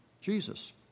Jesus